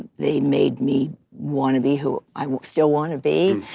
they made me want to be who i still want to be.